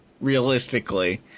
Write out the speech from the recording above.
realistically